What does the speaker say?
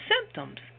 symptoms